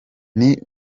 nti